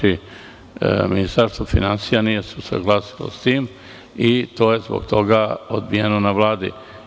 Ministarstvo finansija nije se usaglasilo sa tim i to je zbog toga odbijeno na Vladi.